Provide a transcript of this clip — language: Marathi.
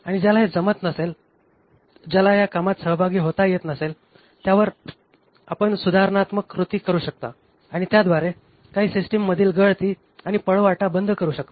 आणि ज्याला हे जमत नसेल ज्याला ह्या कामात सहभागी होता येत नसेल त्यावर आपण सुधारणात्मक कृती करू शकता आणि त्याद्वारे काही सिस्टीममधील गळती आणि पळवाटा बंद करू शकता